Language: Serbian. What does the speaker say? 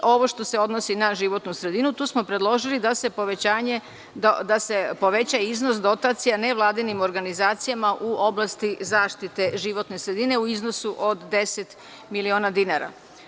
Ovo što se odnosi na životnu sredinu, tu smo predložili da se poveća iznos dotacija nevladinim organizacijama u oblasti zaštite životne sredine u iznosu od 10 miliona dinara.